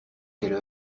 quelle